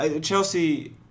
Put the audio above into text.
Chelsea